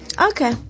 Okay